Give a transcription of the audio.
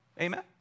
Amen